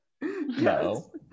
No